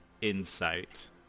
insight